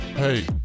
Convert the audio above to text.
Hey